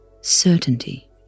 certainty